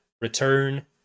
return